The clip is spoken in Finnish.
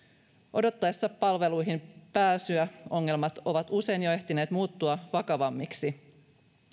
odotettaessa palveluihin pääsyä ongelmat ovat usein jo ehtineet muuttua vakavammiksi